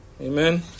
Amen